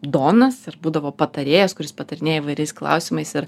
donas ir būdavo patarėjas kuris patarinėja įvairiais klausimais ir